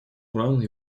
урана